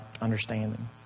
understanding